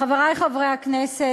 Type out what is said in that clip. חברי חברי הכנסת,